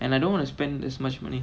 and I don't wanna spend this much money